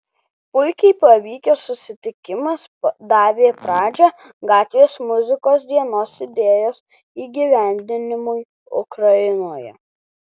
puikiai pavykęs susitikimas davė pradžią gatvės muzikos dienos idėjos įgyvendinimui ukrainoje